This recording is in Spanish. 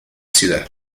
ciudad